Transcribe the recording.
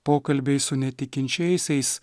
pokalbiai su netikinčiaisiais